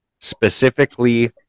specifically